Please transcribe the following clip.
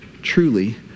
truly